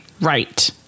right